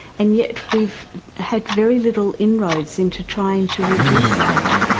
and yet we've had very little inroads into trying to reduce that.